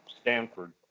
Stanford